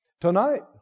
Tonight